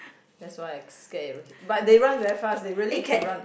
that's why I scared but they run very fast they really can run